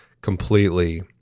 completely